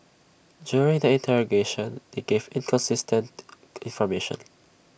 during the interrogation they gave inconsistent information